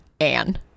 Anne